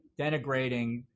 denigrating